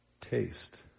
taste